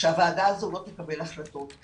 שהוועדה הזאת לא תקבל החלטות.